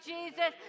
Jesus